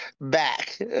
back